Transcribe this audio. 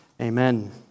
Amen